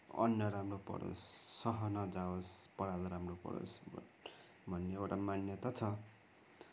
अन्न राम्रो परोस् सह नजाओस् पराल राम्रो परोस् भन्ने एउटा मान्यता छ